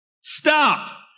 Stop